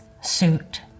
suit